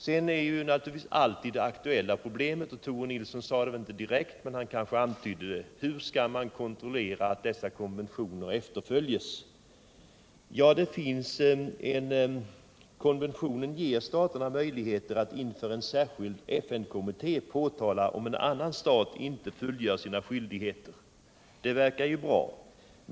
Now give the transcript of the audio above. Sedan är det alltid aktuella problemet — Tore Nilsson sade det inte direkt men han antydde det: Hur skall man kontrollera att dessa konventioner efterföljs? Ja, konventionerna ger staterna möjligheter att inför en särskild FN-kommitté påtala om en annan stat inte fullgör sina skyldigheter. Det verkar ju bra.